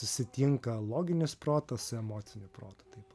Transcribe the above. susitinka loginis protas su emociniu protu taip